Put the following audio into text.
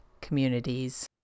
communities